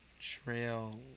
Trail